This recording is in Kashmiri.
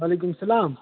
وعلیکُم سلام